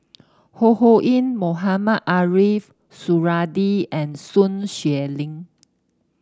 Ho Ho Ying Mohamed Ariff Suradi and Sun Xueling